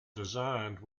designed